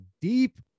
deep